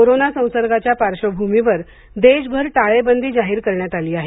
corona संसर्गाच्या पार्श्वभूमीवर देशभर टाळेबंदी जाहीर करण्यात आली आहे